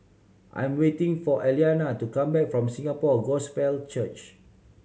I'm waiting for Aliana to come back from Singapore Gospel Church